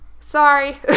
sorry